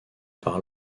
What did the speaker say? par